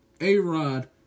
A-Rod